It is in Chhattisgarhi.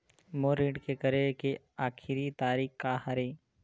मोर ऋण के करे के आखिरी तारीक का हरे?